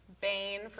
Bane